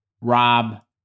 Rob